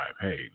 Hey